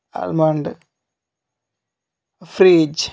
almond fridge